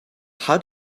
how